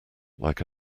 like